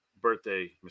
birthday